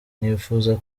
nifuza